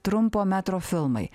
trumpo metro filmai